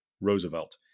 Roosevelt